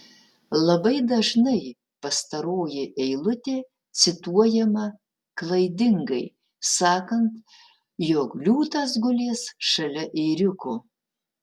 labai dažnai pastaroji eilutė cituojama klaidingai sakant jog liūtas gulės šalia ėriuko